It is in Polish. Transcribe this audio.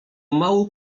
mału